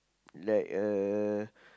like a